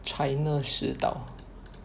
China 石岛